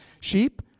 sheep